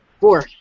Four